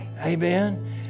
Amen